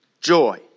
joy